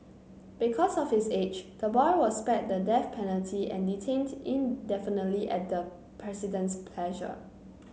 because of his age the boy was spared the death penalty and detained indefinitely at the President's pleasure